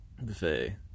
buffet